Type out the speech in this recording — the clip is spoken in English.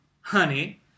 honey